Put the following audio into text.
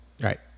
Right